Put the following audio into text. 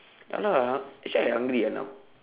ya lah actually I hungry ah now